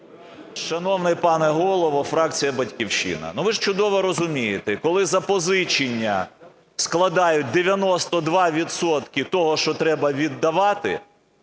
Шановний пане Голово, фракція "Батьківщина, ну, ви ж чудово розумієте, коли запозичення складають 92 відсотки того, що треба віддавати